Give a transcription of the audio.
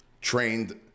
trained